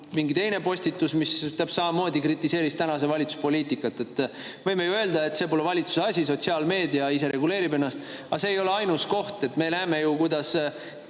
mingi teine postitus, mis täpselt samamoodi kritiseeris tänase valitsuse poliitikat. Me võime ju öelda, et see pole valitsuse asi, sotsiaalmeedia ise reguleerib ennast. Aga see ei ole ainus koht. Me näeme ju, kuidas